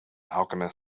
alchemist